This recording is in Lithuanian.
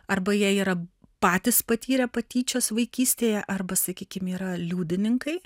arba jie yra patys patyrę patyčias vaikystėje arba sakykim yra liudininkai